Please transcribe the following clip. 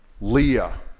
Leah